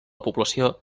població